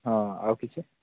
ହଁ ଆଉ କିଛି